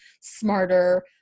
smarter